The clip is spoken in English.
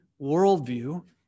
worldview